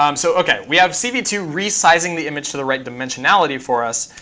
um so ok, we have c v two resizing the image to the right dimensionality for us,